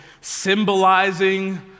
symbolizing